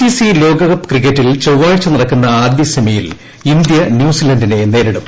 CC ലോകകപ്പ് ക്രിക്കറ്റിൽ ചൊവ്വാഴ്ച നടക്കുന്ന ആദ്യ സെമിയിൽ ഇന്ത്യ ന്യൂസിലന്റിനെ നേരിടും